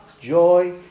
joy